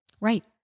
Right